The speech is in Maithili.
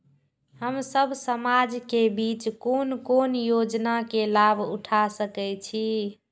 हम सब समाज के बीच कोन कोन योजना के लाभ उठा सके छी?